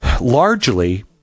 largely